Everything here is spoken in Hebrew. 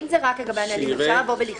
אם זה רק לגבי הנהלים, אפשר לכתוב